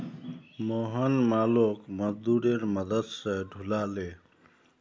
मोहन मालोक मजदूरेर मदद स ढूला ले